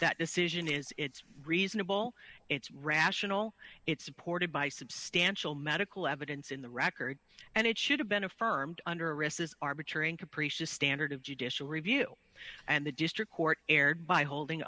that decision is it's reasonable it's rational it's supported by substantial medical evidence in the record and it should have been affirmed under risk is arbitrary and capricious standard of judicial review and the district court erred by holding